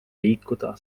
liikuda